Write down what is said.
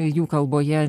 jų kalboje